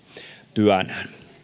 työnään